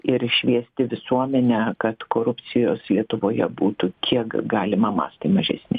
ir šviesti visuomenę kad korupcijos lietuvoje būtų kiek galima mastai mažesni